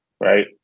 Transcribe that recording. Right